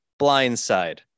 blindside